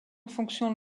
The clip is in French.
fonction